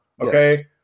Okay